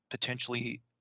potentially